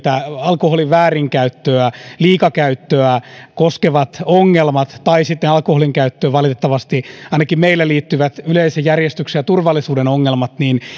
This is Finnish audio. alkoholin väärinkäyttöä liikakäyttöä koskevat ongelmat tai sitten alkoholinkäyttöön valitettavasti ainakin meillä liittyvät yleisen järjestyksen ja turvallisuuden ongelmat